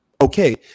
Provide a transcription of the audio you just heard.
Okay